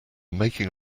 making